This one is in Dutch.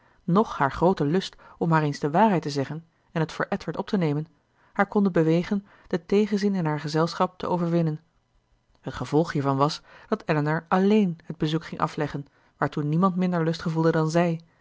noch haar groote lust om haar eens de waarheid te zeggen en het voor edward op te nemen haar konden bewegen den tegenzin in haar gezelschap te overwinnen het gevolg hiervan was dat elinor alleen het bezoek ging afleggen waartoe niemand minder lust gevoelde dan zij